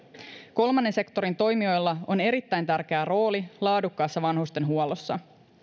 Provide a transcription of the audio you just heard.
kolmannen sektorin toimijoilla on erittäin tärkeä rooli laadukkaassa vanhustenhuollossa